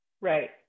Right